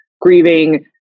grieving